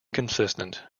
consistent